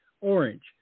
orange